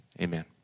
Amen